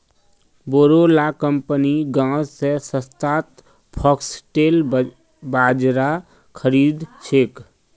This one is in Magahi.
बोरो ला कंपनि गांव स सस्तात फॉक्सटेल बाजरा खरीद छेक